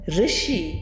Rishi